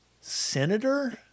senator